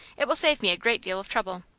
it will save me a great deal of trouble.